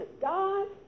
God